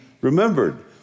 remembered